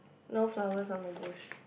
no flowers on the bush